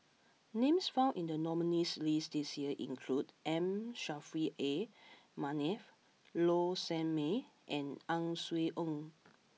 names found in the nominees' list this year include M Saffri A Manaf Low Sanmay and Ang Swee Aun